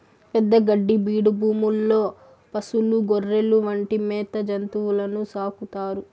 పెద్ద గడ్డి బీడు భూముల్లో పసులు, గొర్రెలు వంటి మేత జంతువులను సాకుతారు